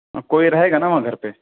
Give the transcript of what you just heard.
کوئی رہے گا نا وہاں گھر پہ